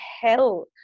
hell